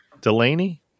Delaney